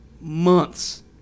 months